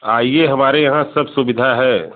आइए हमारे यहाँ सब सुविधा है